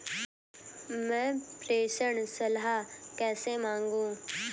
मैं प्रेषण सलाह कैसे मांगूं?